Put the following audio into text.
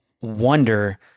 wonder